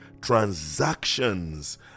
transactions